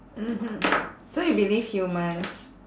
mmhmm so you believe humans